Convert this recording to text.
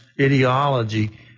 ideology